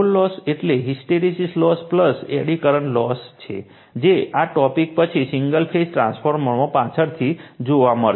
core loss એટલે hysteresis loss eddy current loss છે જે આ ટોપીક પછી સિંગલ ફેઝ ટ્રાન્સફોર્મરમાં પાછળથી જોવા મળશે